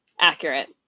Accurate